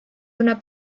una